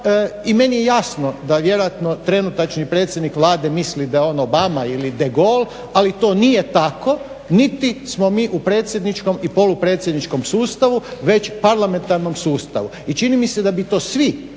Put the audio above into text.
I meni je jasno da vjerojatno trenutačni predsjednik Vlade misli da je on Obama ili De Gaulle ali to nije tako, niti smo mi u predsjedničkom i polupredsjedničkom sustavu već parlamentarnom sustavu. I čini mi se da bi to svi